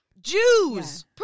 Jews